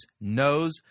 knows